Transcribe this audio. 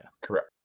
Correct